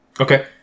Okay